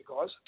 guys